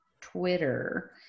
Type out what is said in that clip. Twitter